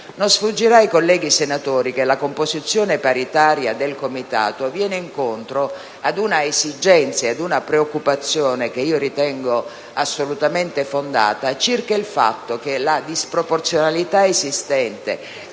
Non sfuggirà ai colleghi senatori che la composizione paritaria del Comitato viene incontro ad una esigenza e ad una preoccupazione, che io ritengo assolutamente fondate, circa la disproporzionalità esistente